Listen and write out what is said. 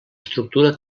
estructura